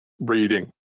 reading